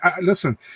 listen